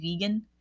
vegan